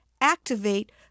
activate